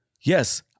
Yes